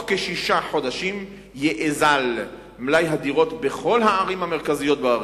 כשישה חודשים יאזל מלאי הדירות בכל הערים המרכזיות בארץ.